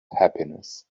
happiness